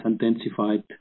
intensified